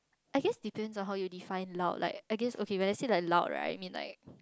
I guess depends on how you define loud like I guess okay when I say like loud right I mean like